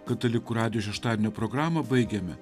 katalikų radijo šeštadienio programą baigėme